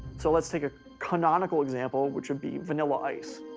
so let's take a canonical example, which would be vanilla ice.